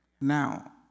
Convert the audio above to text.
Now